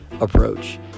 approach